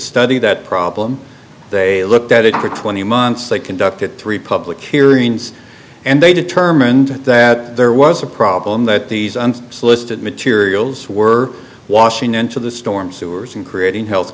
study that problem they looked at it for twenty months they conducted three public hearings and they determined that there was a problem that these and listed materials were washing into the storm sewers and creating health